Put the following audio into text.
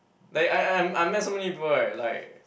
like I I I'm I met so many people right like